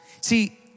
See